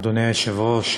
אדוני היושב-ראש,